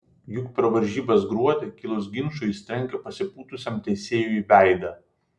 juk per varžybas gruodį kilus ginčui jis trenkė pasipūtusiam teisėjui į veidą